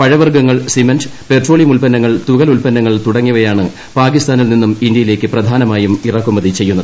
പഴവർഗങ്ങൾ cement petroleum ഉൽപ്പന്നങ്ങൾ തുകൽ ഉൽപ്പന്നങ്ങൾ തുടങ്ങിയ വയാണ് പാകിസ്ഥാനിൽ നിന്നും ഇന്തൃയിലേക്ക് പ്രധാനമായും ഇറക്കുമതി ചെയ്യുന്നത്